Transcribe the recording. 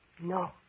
No